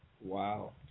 Wow